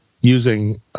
using